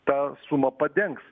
tą sumą padengs